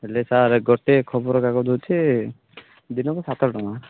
ହେଲେ ସାର୍ ଗୋଟେ ଖବରକାଗଜ ହେଉଛି ଦିନକୁ ସାତ ଟଙ୍କା